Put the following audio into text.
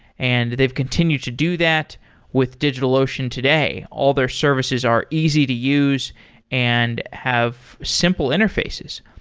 and they've continued to do that with digitalocean today. all their services are easy to use and have simple interfaces.